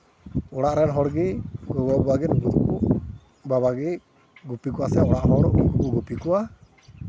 ᱚᱲᱟᱜ ᱨᱮᱱ ᱦᱚᱲ ᱜᱮ ᱜᱚᱜᱚᱼᱵᱟᱵᱟ ᱜᱮ ᱱᱩᱠᱩ ᱫᱚᱠᱚ ᱵᱟᱵᱟᱜᱮ ᱜᱩᱯᱤ ᱠᱚᱣᱟ ᱥᱮ ᱚᱲᱟᱜ ᱦᱚᱲ ᱦᱚᱸᱠᱚ ᱜᱩᱯᱤ ᱠᱚᱣᱟ